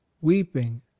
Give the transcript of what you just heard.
weeping